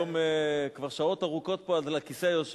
היום כבר שעות ארוכות פה את על כיסא היושב-ראש,